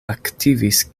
aktivis